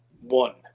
one